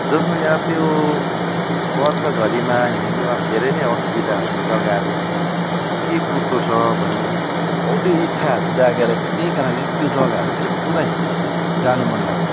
जसमा कि अब त्यो बर्खा झरीमा हिँड्नु अब धेरै नै असुविधा हुने जग्गाहरू के कस्तो छ भन्ने हो त्यही इच्छाहरू जागेर चाहिँ त्यहीकारणले त्यो जग्गाहरू चाहिँ पुरै जानु मन लाग्छ